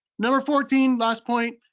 number fourteen, last point.